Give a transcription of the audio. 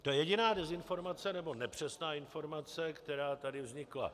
To je jediná dezinformace, nebo nepřesná informace, která tady vznikla.